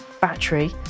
battery